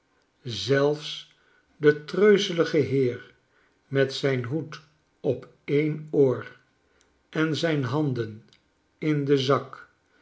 zelfs de treuzelige heer met zijn hoed op een oor en zijn handen in den zak